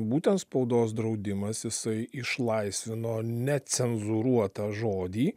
būtent spaudos draudimas jisai išlaisvino necenzūruotą žodį